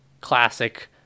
classic